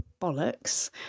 bollocks